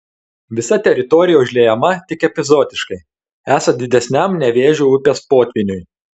visa teritorija užliejama tik epizodiškai esant didesniam nevėžio upės potvyniui